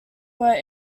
were